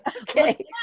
Okay